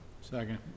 Second